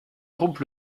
groupe